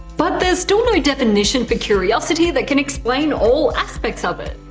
but, there's still no definition for curiosity that can explain all aspects of it.